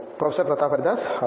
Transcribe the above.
professor Pratap Haridas అవును